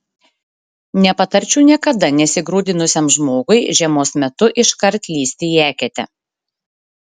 nepatarčiau niekada nesigrūdinusiam žmogui žiemos metu iškart lįsti į eketę